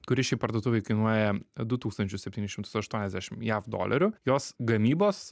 kuris šiaip parduotuvėj kainuoja du tūkstančius septynis šimtus aštuoniasdešim jav dolerių jos gamybos